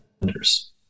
defenders